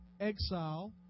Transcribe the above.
exile